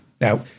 Now